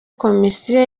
komisiyo